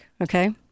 Okay